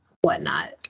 whatnot